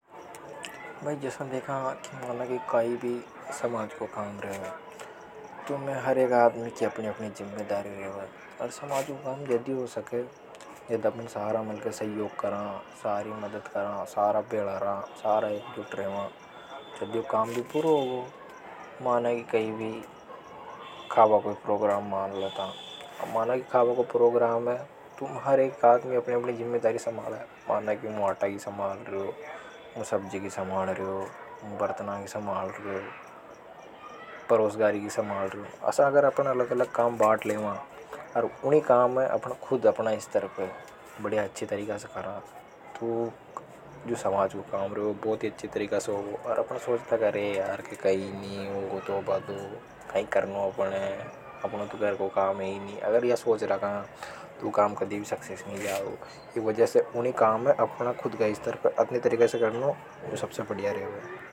भय जसा की देखा माना की काई भी समाज को काम रेवे। तो उमे हर एक आदमी की अपनी अपनी जिम्मेदारी रेवे। समाज को काम जदे हो सके जद अपन साराई मिलके सहयोग करा। सारी मदद करा सारा भेला रा सारा यी एक जुट रेवा जद ही ऊ काम पूरो होगो। माना की कई भी कहाबा को प्रोग्राम मान लो अब माना की खाबा को प्रोग्राम है। तो उमे हर एक आदमी अपनी अपनी जिम्मेदारी संभाले। माना की मु आटा की संभाल रियो मु सब्जी की संभाल रियो। बरतन की संभाल रियो। प्रोसगारी की संभाल रियो असा। असा अगर अपन अलग अलग काम बाट लेवा ओर उन्हीं काम है अपन स्तर पे बढ़िया अच्छी तरीका से करा तो समाज को काम बढ़िया अच्छी तरीका से होंगे। आर अपन सोच ला की कई नी यार होगें तो होभ दो। कई करणी अपन है अपनों तो घर को काम है ही नी। अगर अपन या सोच रखेंगे तो ऊ काम कभी भी सक्सेस जा गो। इस लिए ऊनी काम है अपने खुद का स्तर पे करणी।